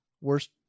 worst